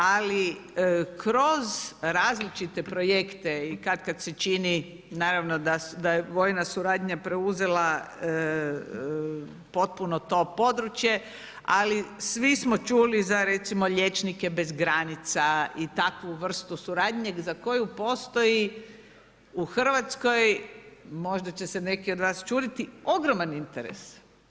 Ali kroz različite projekte i kad-kad se čini da je vojna suradnja preuzela potpuno to područje, ali svi smo čuli za recimo liječnike bez granica i takvu vrstu suradnje za koju postoji u Hrvatskoj, možda će se neki od vas čuditi, ogroman interes.